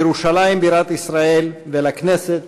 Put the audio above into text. לירושלים בירת ישראל ולכנסת,